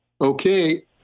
Okay